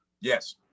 Yes